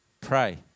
Pray